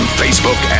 facebook